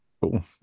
Cool